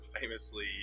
famously